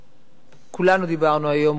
כולנו דיברנו היום,